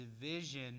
division